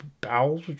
bowels